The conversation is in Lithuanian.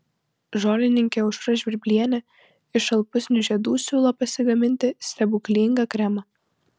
žolininkė aušra žvirblienė iš šalpusnių žiedų siūlo pasigaminti stebuklingą kremą